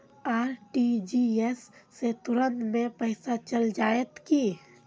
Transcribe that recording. RTGS से तुरंत में पैसा चल जयते की?